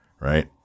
Right